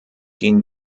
gehen